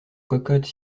cocotte